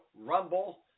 Rumble